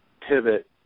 pivot